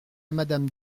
madame